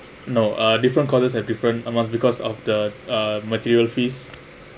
no uh different courses have different amount because of the uh material fees